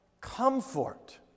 comfort